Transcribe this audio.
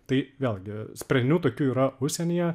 tai vėlgi sprendinių tokių yra užsienyje